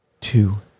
two